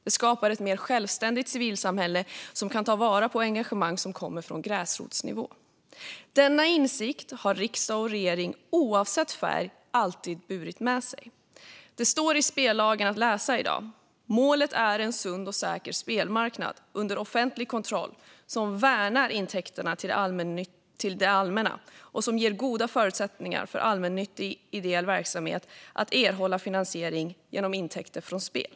Det skapar ett mer självständigt civilsamhälle som kan ta vara på engagemang som kommer från gräsrotsnivå. Denna insikt har riksdag och regering, oavsett färg, alltid burit med sig. Det står i spellagen att målet är en sund och säker spelmarknad under offentlig kontroll som värnar intäkterna till det allmänna och som ger goda förutsättningar för allmännyttig ideell verksamhet att erhålla finansiering genom intäkter från spel.